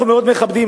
אנחנו מאוד מכבדים,